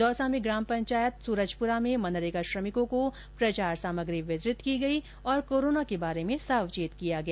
दौसा में ग्राम पंचायत सूरजपुरा में मनरेगा श्रमिकों को प्रचार सामग्री वितरित की गई और कोरोना के बारे में सावचेत किया गया